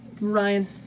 Ryan